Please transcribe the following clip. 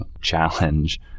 challenge